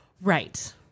Right